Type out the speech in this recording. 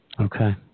Okay